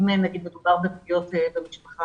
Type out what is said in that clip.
אם נגיד מדובר בפגיעות במשפחה.